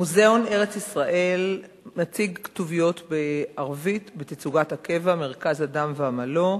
מוזיאון ארץ-ישראל מציג כתוביות בערבית בתצוגת הקבע "מרכז אדם ועמלו",